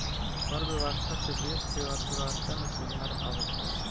कर व्यवस्था से देस के अर्थव्यवस्था में सुधार आवत हवे